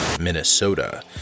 Minnesota